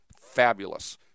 fabulous